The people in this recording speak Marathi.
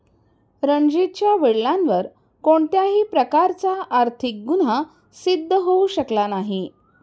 रणजीतच्या वडिलांवर कोणत्याही प्रकारचा आर्थिक गुन्हा सिद्ध होऊ शकला नाही